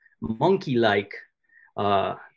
monkey-like